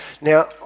Now